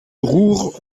roure